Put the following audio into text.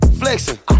flexing